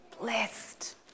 blessed